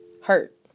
hurt